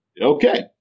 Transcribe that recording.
okay